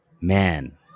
Man